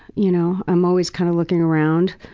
you know i'm always kind of looking around.